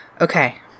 Okay